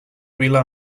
vila